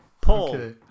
Paul